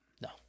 No